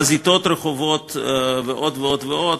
חזיתות רחובות ועוד ועוד ועוד.